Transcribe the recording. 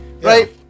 right